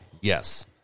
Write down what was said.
Yes